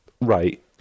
Right